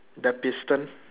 the piston